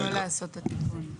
לא לעשות את התיקון.